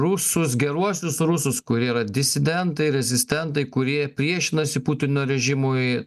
rusus geruosius rusus kurie yra disidentai rezistentai kurie priešinasi putino režimui